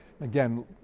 Again